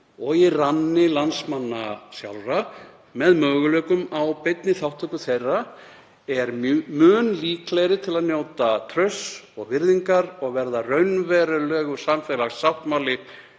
og í ranni landsmanna sjálfra, með möguleikum á beinni þátttöku þeirra, er mun líklegri til að njóta trausts og virðingar og verða raunverulegur samfélagssáttmáli,